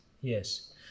yes